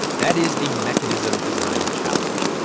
that is a mechanism design challenge.